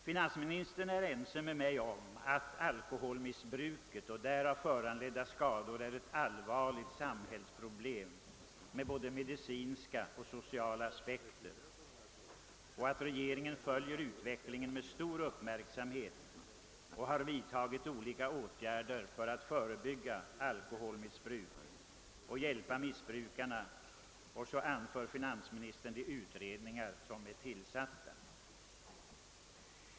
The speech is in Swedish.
Finansministern är överens med mig om att alkoholmissbruket och därav föranledda skador är ett allvarligt samhällsproblem med både medicinska och sociala aspekter. Han säger att regeringen följer utvecklingen med stor uppmärksamhet och har vidtagit olika åtgärder för att förebygga alkoholmissbruk och hjälpa missbrukarna. Dessutom redogör finansministern för de utredningar som är tillsatta.